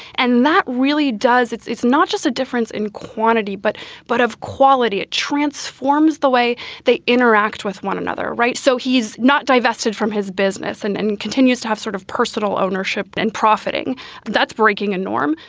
and that really does it's it's not just a difference in quantity, but but of quality. it transforms the way they interact with one another. right. so he's not divested from his business and and continues to have sort of personal ownership and profiting. and that's breaking a norm.